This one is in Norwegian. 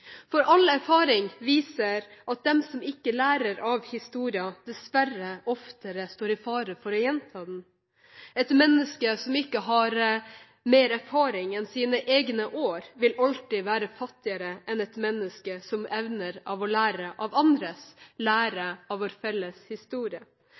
for all erfaring viser at de som ikke lærer av historien, dessverre oftere står i fare for å gjenta den. Et menneske som ikke har mer erfaring enn sine egne år, vil alltid være fattigere enn et menneske som evner å lære av vår felles historie.